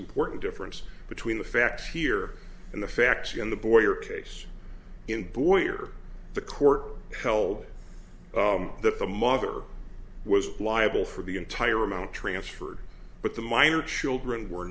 important difference between the facts here and the facts in the boyer case in boyer the court held that the mother was liable for the entire amount transferred but the minor children were